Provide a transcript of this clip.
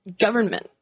government